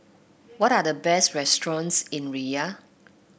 what are the best restaurants in Riyadh